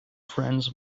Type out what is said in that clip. friends